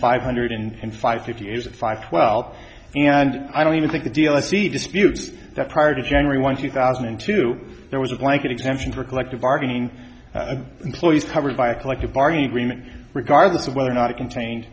five hundred and five fifty is five well and i don't even think the deal i see disputes that prior to january one thousand and two there was a blanket exemption for collective bargaining employees covered by a collective bargaining agreement regardless of whether or not it contain